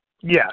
Yes